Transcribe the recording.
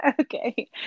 Okay